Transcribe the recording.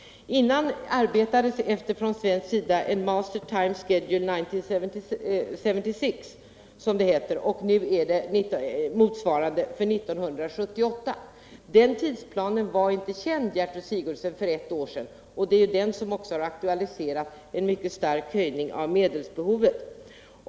Tidigare arbetades från svensk sida efter en Master Time Schedule 1976, som det heter, och nu efter motsvarande för år 1978. Den tidsplanen var inte känd, Gertrud Sigurdsen, för ett år sedan och det är den som har aktualiserat en mycket stark höjning av medelsbehovet.